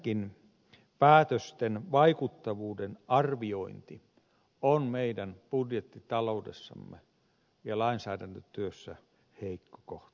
yleensäkin päätösten vaikuttavuuden arviointi on meidän budjettitaloudessamme ja lainsäädäntötyössämme heikko kohta